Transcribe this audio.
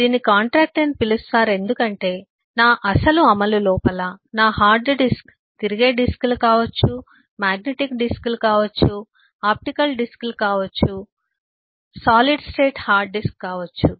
దీనిని కాంట్రాక్టు అని పిలుస్తారు ఎందుకంటే నా అసలు అమలు లోపల నా హార్డ్ డిస్క్ తిరిగే డిస్క్లు కావచ్చు అది మాగ్నెటిక్ డిస్క్లు కావచ్చు ఇది ఆప్టికల్ డిస్క్లు కావచ్చు ఇది ఘన స్థితి హార్డ్ డిస్క్ కావచ్చు